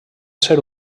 ser